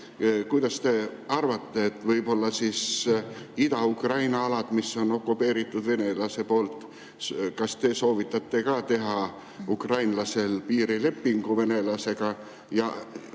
Kuidas te arvate, kas siis Ida-Ukraina alade puhul, mis on okupeeritud venelase poolt, te soovitate teha ukrainlasel piirilepingu venelasega